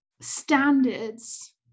standards